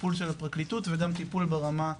טיפול של הפרקליטות וגם טיפול ברמת חינוך,